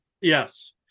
yes